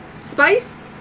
spice